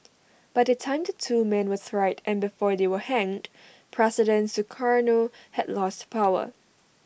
by the time the two men were tried and before they were hanged president Sukarno had lost power